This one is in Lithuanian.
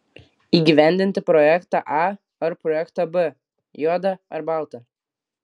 įgyvendinti projektą a ar projektą b juoda ar balta